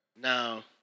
Now